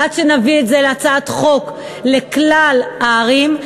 עד שנביא את זה להצעת חוק לכלל הערים.